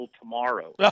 tomorrow